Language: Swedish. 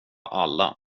alla